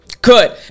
Good